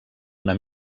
una